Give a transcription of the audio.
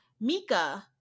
Mika